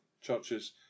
churches